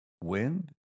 wind